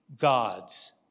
God's